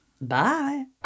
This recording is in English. Bye